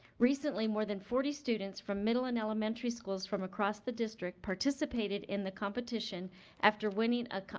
recently, more than forty students from middle and elementary schools from across the district participated in the competition after winning a